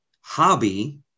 hobby